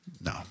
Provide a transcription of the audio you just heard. No